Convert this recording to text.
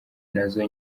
nazo